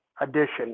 addition